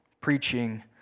preaching